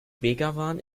begawan